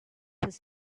his